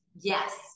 Yes